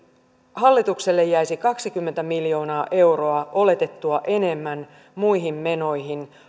hallitukselle jäisi kaksikymmentä miljoonaa euroa oletettua enemmän muihin menoihin